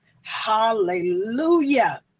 Hallelujah